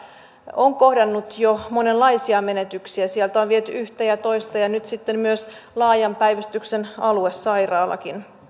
on kohdannut jo monenlaisia menetyksiä sieltä on viety yhtä ja toista ja nyt sitten myös laajan päivystyksen aluesairaala